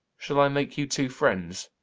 shall i make you two friends.